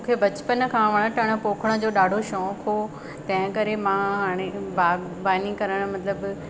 मूंखे बचपन खां वण टण पोखण जो ॾाढो शौंक़ु हुओ तहिं करे मां हाणे बाग बानी करणु मतिलबु